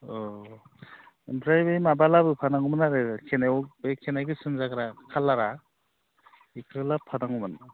औ ओमफ्राय माबा लाबोफानांगौमोन आरो खानाइयाव बे खानाइ गोसोम जाग्रा खालारा बिखौ लाबोफानांगौमोन